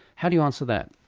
how do you answer that?